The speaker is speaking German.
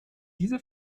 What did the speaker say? diese